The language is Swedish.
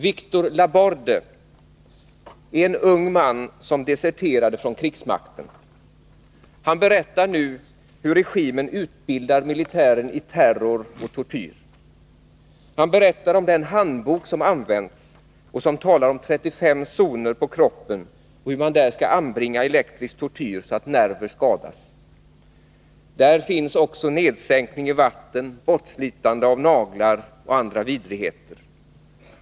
Victor Laborde är en ung man som deserterade från krigsmakten. Han berättar nu hur regimen utbildar militären i terror och tortyr. Han berättar om den handbok som används, där det talas om 35 zoner på kroppen och hur man där skall anbringa elektrisk tortyr så att nerver skadas. Där talas också om nedsänkning i vatten, bortslitande av naglar och andra vidrigheter.